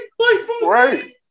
Right